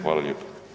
Hvala lijepo.